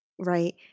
right